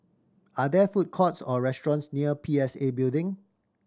are there food courts or restaurants near P S A Building